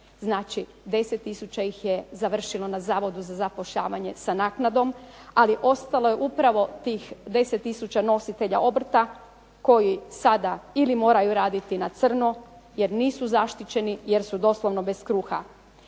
znači 10 tisuća ih je završilo na Zavodu za zapošljavanje sa naknadom, ali ostalo je upravo tih 10 tisuća nositelja obrta koji sada ili moraju raditi na crno jer nisu zaštićeni jer su doslovno bez kruha.